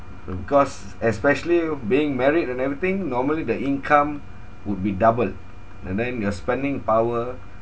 and because especially being married and everything normally the income would be double and then your spending power